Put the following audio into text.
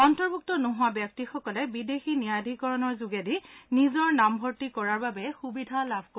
অন্তৰ্ভূক্ত নোহোৱা ব্যক্তিসকলে বিদেশী ন্যায়াধীকৰণৰ যোগেদি নিজৰ নামভৰ্তি কৰাৰ বাবে সুবিধা লাভ কৰিব